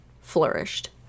flourished